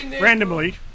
Randomly